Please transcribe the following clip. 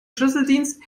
schlüsseldienst